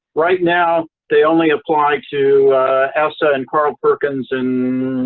right now they only apply to essa and carl perkins and,